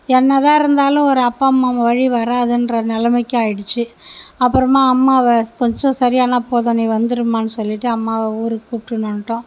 என்னதான் இருந்தாலும் ஒரு அப்பா அம்மா வழி வராதுன்ற நிலமைக்கு ஆயிடிச்சு அப்பறமாக அம்மாவை கொஞ்சம் சரியானா போதும் நீ வந்துடும்மான்னு சொல்லிவிட்டு அம்மாவை ஊருக்கு கூப்பிட்டுனு வன்ட்டோம்